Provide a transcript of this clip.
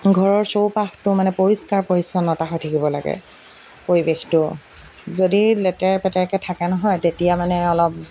ঘৰৰ চৌপাশটো মানে পৰিষ্কাৰ পৰিচ্ছন্নতা হৈ থাকিব লাগে পৰিৱেশটো যদি লেতেৰা পেতেৰাকৈ থাকে নহয় তেতিয়া মানে অলপ